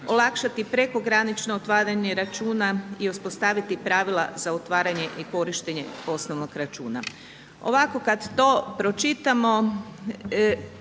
olakšati prekogranično otvaranje računa i uspostaviti pravila za otvaranje i korištenje osnovnog računa. Ovako kad to pročitamo